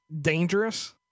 dangerous